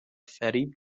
فریب